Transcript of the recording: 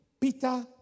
Peter